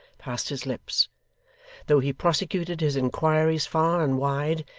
passed his lips though he prosecuted his inquiries far and wide,